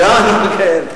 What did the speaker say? כן.